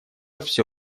всё